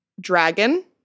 Dragon